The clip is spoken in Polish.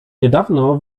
niedawno